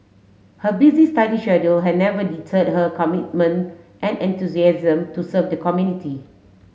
her busy study schedule had never deterred her commitment and enthusiasm to serve the community